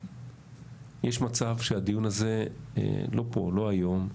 יש מצב שהדיון הזה לא פה, לא היום.